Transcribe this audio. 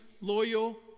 loyal